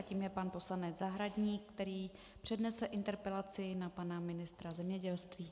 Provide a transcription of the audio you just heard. Tím je pan poslanec Zahradník, který přednese interpelaci na pana ministra zemědělství.